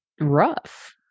rough